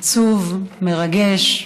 עצוב, מרגש,